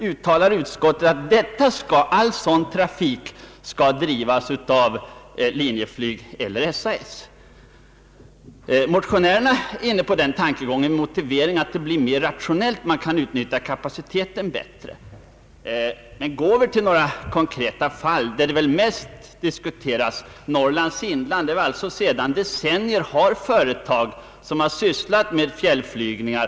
Uttalar utskottet att all sådan trafik skall drivas av Linjeflyg eller SAS? Motionärerna är i sin motivering inne på tankegången att detta blir mera rationellt; man kan utnyttja kapaciteten bättre. Vi kan emellertid ta några konkreta fall. Jag tänker närmast på förhållandena i Norrlands inland. Där finns sedan decennier tillbaka företag som sysslar med fjällflygningar.